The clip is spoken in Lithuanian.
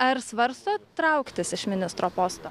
ar svarstot trauktis iš ministro posto